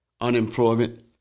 Unemployment